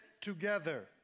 together